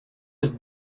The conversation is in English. was